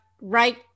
right